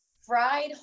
fried